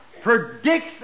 predicts